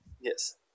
yes